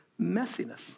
messiness